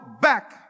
back